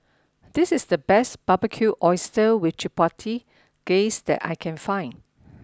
this is the best Barbecued Oysters with Chipotle Glaze that I can find